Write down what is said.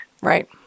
Right